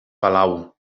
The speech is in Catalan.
palau